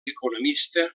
economista